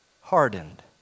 hardened